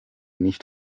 nicht